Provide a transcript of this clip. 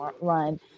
run